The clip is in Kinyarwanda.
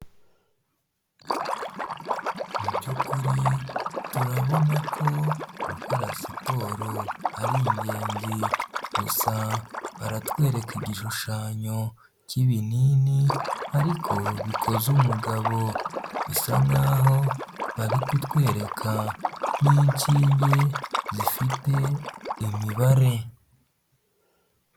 Mu by'ukuri turabona ko gukora siporo ari ingenzi, gusa baratwereka igishushanyo cy'ibinini ariko bikoze umugabo bisa nk'aho bari kutwereka n'inshinge zifite imibare.